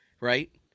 right